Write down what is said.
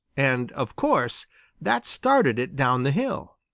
and of course that started it down the hill.